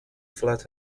flat